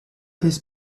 his